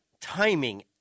timing